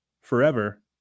forever